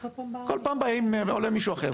כל פעם עולה מישהו אחר,